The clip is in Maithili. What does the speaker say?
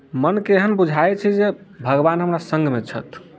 मनके एहन बुझाइत छै जे भगवान हमरा सङ्गमे छथि